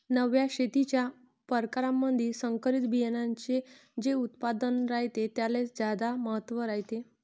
नव्या शेतीच्या परकारामंधी संकरित बियान्याचे जे उत्पादन रायते त्याले ज्यादा महत्त्व रायते